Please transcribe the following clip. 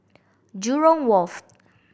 Jurong Wharf